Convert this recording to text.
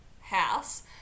house